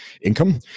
income